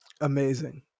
Amazing